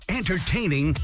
entertaining